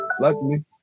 Luckily